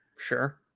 Sure